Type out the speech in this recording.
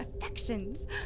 affections